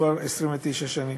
כבר 29 שנים.